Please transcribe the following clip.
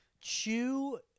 chew